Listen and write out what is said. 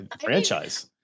franchise